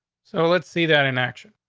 so let's see that in action.